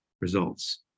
results